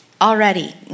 already